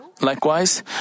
Likewise